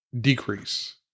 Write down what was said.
decrease